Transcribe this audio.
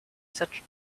such